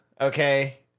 okay